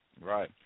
Right